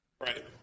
Right